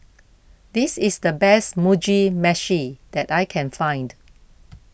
this is the best Mugi Meshi that I can find